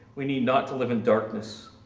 we need not to live in darkness.